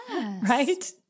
Right